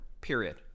period